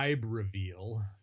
reveal